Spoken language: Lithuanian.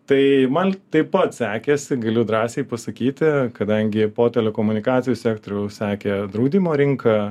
tai man taip pat sekėsi galiu drąsiai pasakyti kadangi po telekomunikacijų sektoriaus sekė draudimo rinka